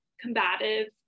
combative